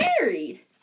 married